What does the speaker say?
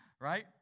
Right